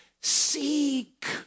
Seek